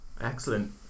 Excellent